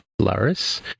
Laris